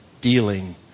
dealing